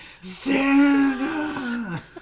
Santa